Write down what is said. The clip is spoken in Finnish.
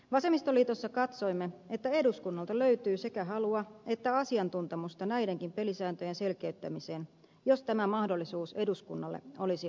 vasemmistoliitossa katsoimme että eduskunnalta löytyy sekä halua että asiantuntemusta näidenkin pelisääntöjen selkeyttämiseen jos tämä mahdollisuus eduskunnalle olisi annettu